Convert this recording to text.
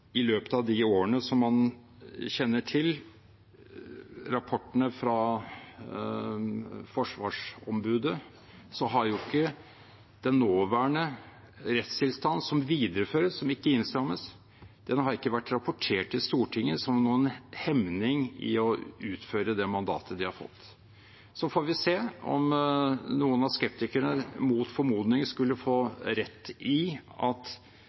i løpet av de årene man kjenner til rapportene fra Forsvarsombudet, har ikke den nåværende rettstilstanden, som videreføres og ikke innstrammes, vært rapportert til Stortinget som noen hemning i å utføre det mandatet de har fått. Så får vi se om noen av skeptikerne mot formodning skulle få rett i at